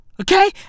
Okay